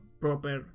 proper